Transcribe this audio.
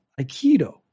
Aikido